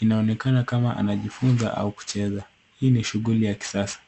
Inaonekana kama anajifunza au kucheza. Hii ni shughuli ya kisasa.